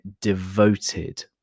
devoted